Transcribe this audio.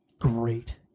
great